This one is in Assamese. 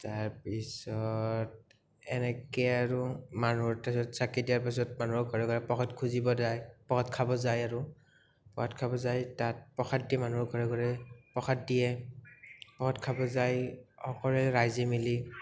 তাৰপিছত এনেকে আৰু মানুহৰ তাছত চাকি দিয়াৰ পাছত মানুহৰ ঘৰে ঘৰে প্ৰসাদ খুজিব দায় পসাদ খাব যায় আৰু পসাদ খাব যায় তাত প্ৰসাদ দি মানুহক ঘৰে ঘৰে প্ৰসাদ দিয়ে প্ৰসাদ খাব যায় সকলোৱে ৰাইজে মিলি